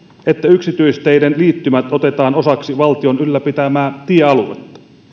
että yksityisteiden liittymät otetaan osaksi valtion ylläpitämää tiealuetta